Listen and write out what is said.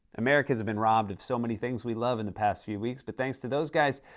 americans have been robbed of so many things we love in the past few weeks, but, thanks to those guys,